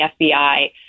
FBI